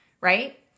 right